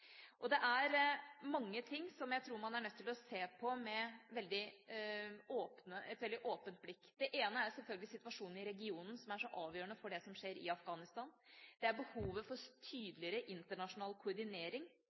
Det er mange ting jeg tror man er nødt til å se på med et veldig åpent blikk. Det ene er selvfølgelig situasjonen i regionen, som er så avgjørende for det som skjer i Afghanistan. Det er behov for tydeligere internasjonal koordinering,